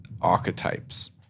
archetypes